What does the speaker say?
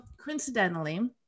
coincidentally